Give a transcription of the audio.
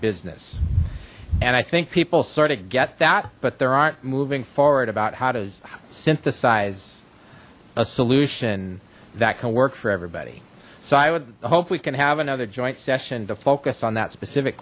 business and i think people sort of get that but there aren't moving forward about how to synthesize a solution that can work for everybody so i would hope we can have another joint session to focus on that specific